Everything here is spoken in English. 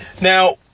Now